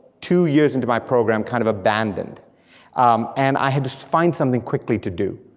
two years into my program, kind of abandoned and i had to find something quickly to do.